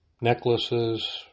necklaces